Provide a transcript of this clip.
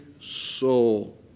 soul